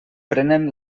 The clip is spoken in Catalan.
prenen